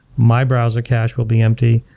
my browser cache will be empty.